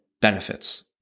benefits